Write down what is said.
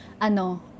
ano